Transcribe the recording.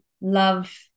love